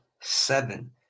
seven